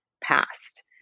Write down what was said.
past